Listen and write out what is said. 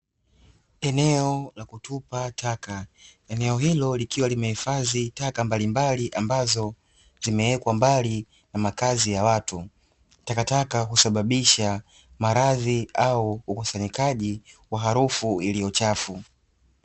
Eneo la kutupa taka, eneo hilo likiwa limehifadhi taka mbalimbali ambazo zimewekwa mbali na makazi ya watu . Takataka husababisha maradhi au ukusanyikaji wa harufu iliyo chafu.